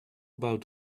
about